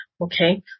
okay